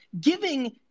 giving